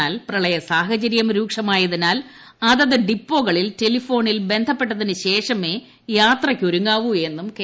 എന്നാൽ പ്രളയ സാഹചര്യം രൂക്ഷമായതിനാൽ അതത് ഡിപ്പോകളിൽ ടെലിഫോണിൽ ബന്ധപ്പെട്ടതിനു ശേഷമേ യാത്രയ്ക്ക് ഒരുങ്ങാവൂ എന്നും കെ